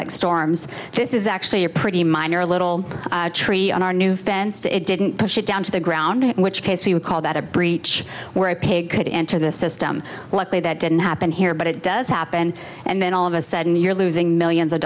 like storms this is actually a pretty minor little tree on our new fence it didn't push it down to the ground in which case we would call that a breach where a pig could enter this system likely that didn't happen here but it does happen and then all of us said and you're losing millions of